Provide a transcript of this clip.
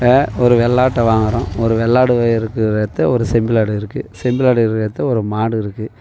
இப்போ ஒரு வெள்ளாட்டை வாங்குகிறோம் ஒரு வெள்ளாடு இருக்கிகுற எடத்ல ஒரு செம்மறி ஆடு இருக்குது செம்மறி ஆடு இருக்கிற எடத்ல ஒரு மாடு இருக்குது